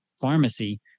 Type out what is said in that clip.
pharmacy